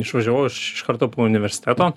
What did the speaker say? išvažiavau aš iš karto po universiteto